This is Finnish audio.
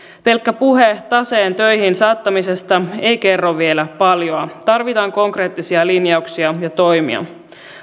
pelkkä puhe taseen töihin saattamisesta ei kerro vielä paljon tarvitaan konkreettisia linjauksia ja toimia